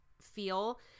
feel